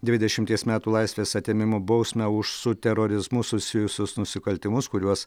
dvidešimties metų laisvės atėmimo bausmę už su terorizmu susijusius nusikaltimus kuriuos